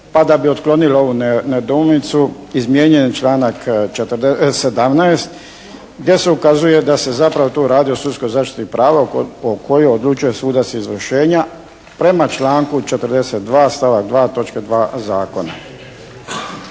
pa da bi otklonili ovu nedoumicu izmijenjen je članak 17. gdje se ukazuje da se zapravo tu radi o sudskoj zaštiti prava o kojoj odlučuje sudac izvršenja, prema članku 42. stavak 2. točka